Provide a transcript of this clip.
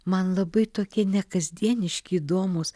man labai tokie nekasdieniški įdomūs